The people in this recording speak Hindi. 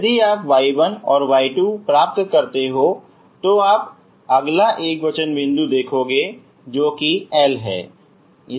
यदि आप y1 और y2 प्राप्त करते होतो तुम अगला एकवचन बिंदु देखोगे जो कि L है